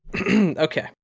okay